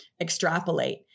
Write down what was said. extrapolate